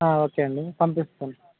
okay అండి పంపిస్తాను